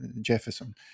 Jefferson